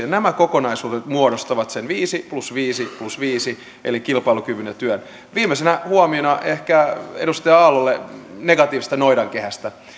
nämä kokonaisuudet muodostavat sen viisi plus viisi plus viisi eli kilpailukyvyn ja työn viimeisenä huomiona ehkä edustaja aallolle negatiivisesta noidankehästä